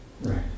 Right